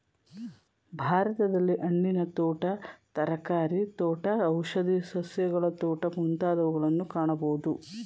ಭಾರತದಲ್ಲಿ ಹಣ್ಣಿನ ತೋಟ, ತರಕಾರಿ ತೋಟ, ಔಷಧಿ ಸಸ್ಯಗಳ ತೋಟ ಮುಂತಾದವುಗಳನ್ನು ಕಾಣಬೋದು